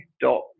dot